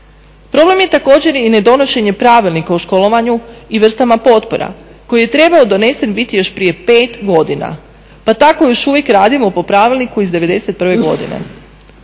Problem je također i nedonošenje pravilnika u školovanju i vrstama potpora koji je trebao donesen biti još prije 5 godina, pa tako još uvijek radimo po pravilniku iz 91. godine.